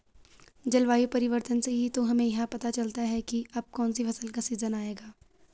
जलवायु परिवर्तन से ही तो हमें यह पता चलता है की अब कौन सी फसल का सीजन आयेगा